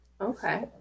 Okay